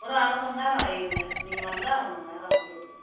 ஒரு அரை மணிநேரம் ஆயிடுங்க நீங்கள் வந்தால் அரை மணிநேரம் ஆயிடுங்க